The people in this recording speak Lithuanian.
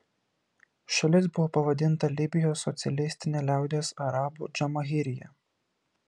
šalis buvo pavadinta libijos socialistine liaudies arabų džamahirija